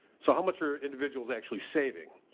so how much are individuals actually saving,